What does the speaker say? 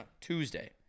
Tuesday